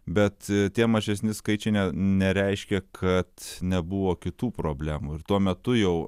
bet tie mažesni skaičiai nereiškia kad nebuvo kitų problemų ir tuo metu jau